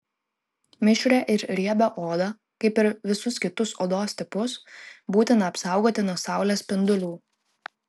mišrią ir riebią odą kaip ir visus kitus odos tipus būtina apsaugoti nuo saulės spindulių